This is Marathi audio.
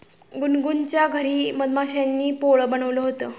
गुनगुनच्या घरी मधमाश्यांनी पोळं बनवले होते